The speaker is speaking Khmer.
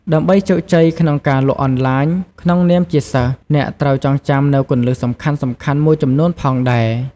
ដើម្បីជោគជ័យក្នុងការលក់អនឡាញក្នុងនាមជាសិស្ស អ្នកត្រូវចងចាំនូវគន្លឹះសំខាន់ៗមួយចំនួនផងដែរ។